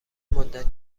مدت